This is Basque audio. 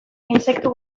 intsektu